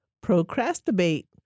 Procrastinate